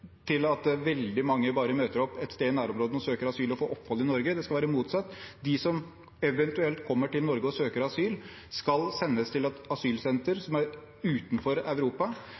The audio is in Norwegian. at veldig mange bare møter opp et sted i nærområdene, søker asyl og får opphold i Norge. Det skal være motsatt: De som eventuelt kommer til Norge og søker asyl, skal sendes til et asylsenter som er utenfor Europa,